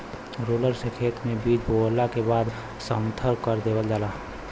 roller से खेत में बीज बोवला के बाद समथर कर देवल जाला